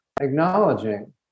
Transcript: acknowledging